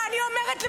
ואני אומרת לבצלאל: